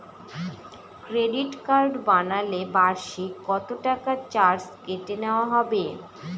Credit card বানালে বার্ষিক কত টাকা চার্জ কেটে নেওয়া হবে?